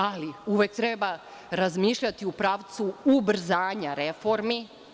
Ali, uvek treba razmišljati u pravcu ubrzanja reformi.